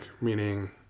meaning